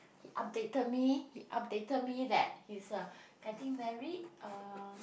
he updated me updated me that he is uh getting married uh